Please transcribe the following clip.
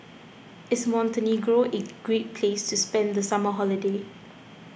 is Montenegro a great place to spend the summer holiday